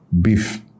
beef